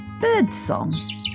Birdsong